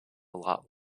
lot